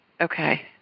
Okay